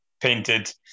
painted